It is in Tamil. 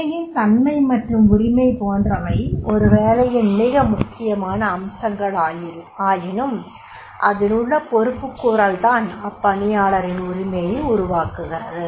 வேலையின் தன்மை மற்றும் உரிமை போன்றவை ஒரு வேலையின் மிக முக்கியமான அம்சங்களாயினும் அதிலுள்ள பொறுப்புக்கூறல்தான் அப்பணியாளரின் உரிமையை உருவாக்குகிறது